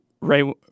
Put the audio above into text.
Ray